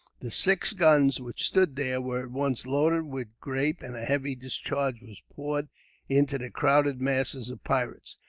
the six guns, which stood there, were at once loaded with grape and a heavy discharge was poured into the crowded masses of pirates,